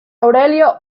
aurelio